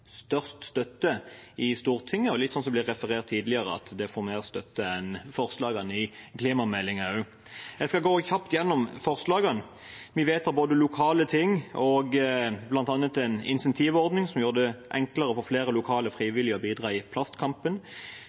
størst støtte i Stortinget. Det er litt sånn, som referert tidligere, at det får mer støtte enn forslagene i klimameldingen også. Jeg skal gå kjapt gjennom forslagene. Vi vedtar også lokale ting og bl.a. en insentivordning som gjør det enklere å få flere lokale frivillige til å bidra i plastkampen.